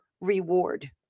reward